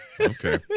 Okay